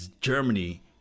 Germany